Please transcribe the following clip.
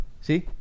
See